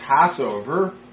Passover